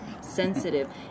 sensitive